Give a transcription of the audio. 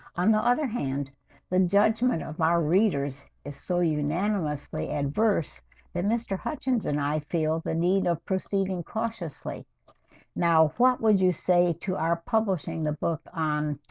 on the other hand the judgment of our readers is so unanimously adverse that mr. hutchins, and i feel the need of proceeding cautiously now what would you say to our publishing the book on?